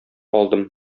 алдым